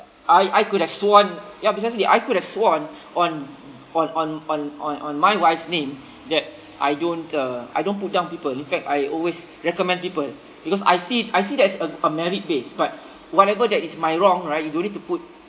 I I could have sworn ya precisely I could have sworn on on on on on on my wife's name that I don't uh I don't put down people in fact I always recommend people because I see I see that's a a merit based but whatever that is my wrong right you don't need to put